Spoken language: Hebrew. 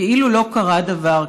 כאילו לא קרה דבר.